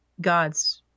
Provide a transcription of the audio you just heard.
gods